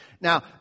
Now